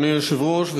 אדוני היושב-ראש,